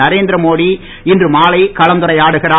நரேந்திரமோடி இன்று மாலை கலந்துரையாடுகிறார்